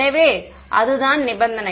எனவே அதுதான் நிபந்தனை